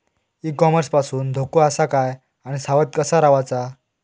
E commerce पासून धोको आसा काय आणि सावध कसा रवाचा?